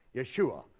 yeshua,